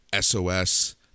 SOS